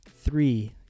three